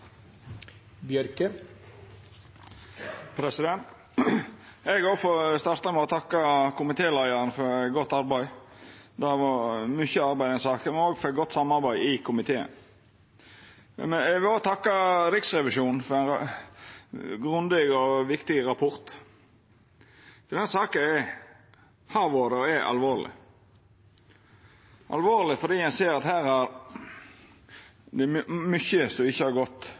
skal tas. Eg òg får starta med å takka komitéleiaren for godt arbeid – det har vore mykje arbeid i denne saka – og for godt samarbeid i komiteen. Eg vil òg takka Riksrevisjonen for ein grundig og viktig rapport. Denne saka har vore og er alvorleg – alvorleg fordi ein ser at her er det mykje som ikkje har gått